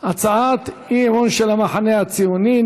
הצעת אי-אמון של המחנה הציוני.